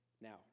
Now